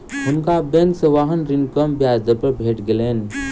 हुनका बैंक से वाहन ऋण कम ब्याज दर पर भेट गेलैन